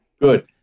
Good